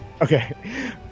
Okay